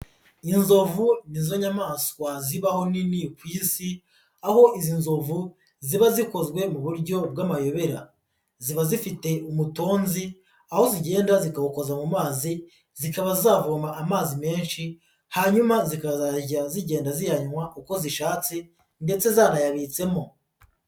Inzovu ni zo nyamaswa zibaho nini ku Isi aho izi nzovu ziba zikozwe mu buryo bw'amayobera, ziba zifite umutonzi aho zigenda zikawukoza mu mazi zikaba zavoma amazi menshi hanyuma zikazajya zigenda ziyanywa uko zishatse ndetse zanayabitsemo.